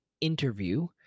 interview